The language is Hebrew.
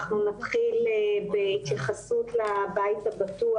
אנחנו נתחיל בהתייחסות לבית הבטוח